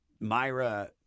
Myra